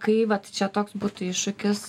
kai vat čia toks būtų iššūkis